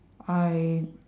I